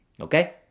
Okay